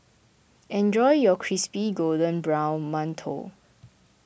enjoy your Crispy Golden Brown Mantou